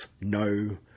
no